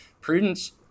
Prudence